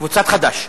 קבוצת חד"ש.